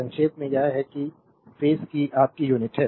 संक्षेप में यह है कि आफेज की आपकी यूनिट है